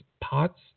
pots